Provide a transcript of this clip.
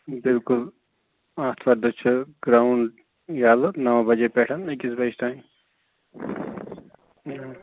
بِلکُل آتھوارِ دۄہ چھِ گرٛاوُنٛڈ یَلہٕ نَو بَجے پٮ۪ٹھ أکِس بَجہِ تانۍ